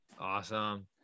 Awesome